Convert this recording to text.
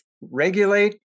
regulate